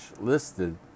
listed